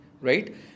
right